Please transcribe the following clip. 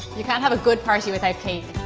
you can't have a good party without cake.